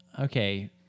Okay